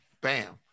Bam